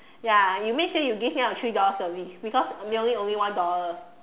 ya you make sure you give me a three dollar service because mailing only one dollar